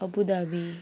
Abu Dhabi